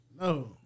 No